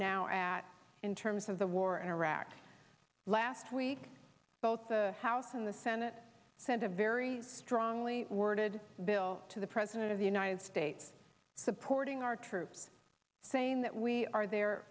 now at in terms of the war in iraq last week both the house and the senate sent a very strongly worded bill to the president of the united states supporting our troops saying that we are there